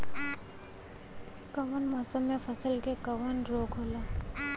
कवना मौसम मे फसल के कवन रोग होला?